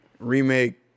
Remake